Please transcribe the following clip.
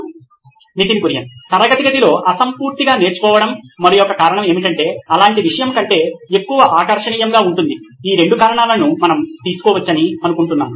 Nitin Kurian COO నోయిన్ electronics తరగతి గదిలో అసంపూర్తిగా నేర్చుకోవడం మరొక కారణం ఏమిటంటే అలాంటి విషయము కంటే ఎక్కువ ఆకర్షణీయంగా ఉంటుంది ఆ రెండు కారణాలను మనం తీసుకోవచ్చని అనుకుంటున్నాను